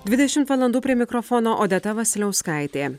dvidešimt valandų prie mikrofono odeta vasiliauskaitė